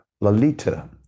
Lalita